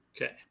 Okay